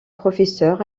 professeur